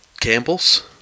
Campbell's